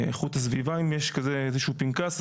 איכות הסביבה אם יש כזה איזה שהוא פנקס,